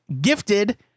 gifted